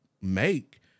make